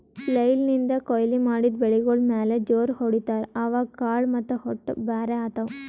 flail ನಿಂದ್ ಕೊಯ್ಲಿ ಮಾಡಿದ್ ಬೆಳಿಗೋಳ್ ಮ್ಯಾಲ್ ಜೋರ್ ಹೊಡಿತಾರ್, ಅವಾಗ್ ಕಾಳ್ ಮತ್ತ್ ಹೊಟ್ಟ ಬ್ಯಾರ್ ಆತವ್